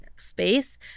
space